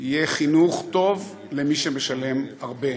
יהיה חינוך טוב למי שמשלם הרבה,